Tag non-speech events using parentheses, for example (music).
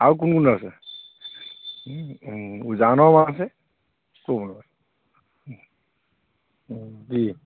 আৰু কোন কোন আছে উজানৰ মাছহে (unintelligible)